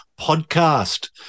podcast